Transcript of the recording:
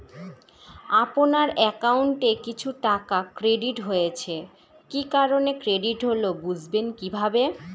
আপনার অ্যাকাউন্ট এ কিছু টাকা ক্রেডিট হয়েছে কি কারণে ক্রেডিট হল বুঝবেন কিভাবে?